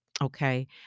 Okay